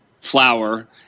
flour